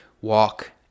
walk